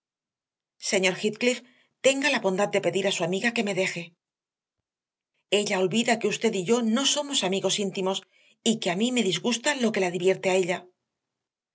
señor heathcliff tenga la bondad de pedir a su amiga que me deje ella olvida que usted y yo no somos amigos íntimos y que a mí me disgusta lo que la divierte a ella